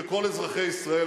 שכל אזרחי ישראל,